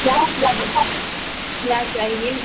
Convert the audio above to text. क्या लगेगा आपको क्या चाहिए